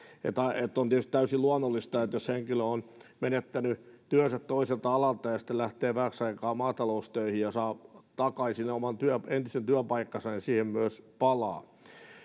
on tietysti täysin luonnollista että jos henkilö on menettänyt työnsä toiselta alalta ja sitten lähtee vähäksi aikaa maataloustöihin niin jos hän saa takaisin oman entisen työpaikkansa niin hän siihen myös palaa